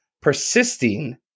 persisting